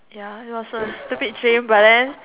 ya it was a stupid dream but then